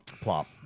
Plop